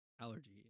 allergy